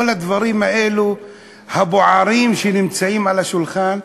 כל הדברים האלו הבוערים נמצאים על השולחן,